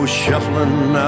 shuffling